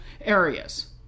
areas